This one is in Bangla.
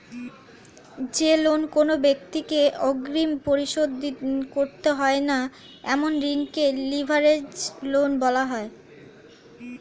যে লোন কোনো ব্যাক্তিকে অগ্রিম পরিশোধ করতে হয় না এমন ঋণকে লিভারেজড লোন বলা হয়